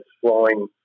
flowing